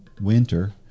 winter